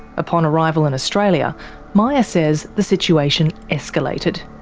upon arrival in australia maya says the situation escalated.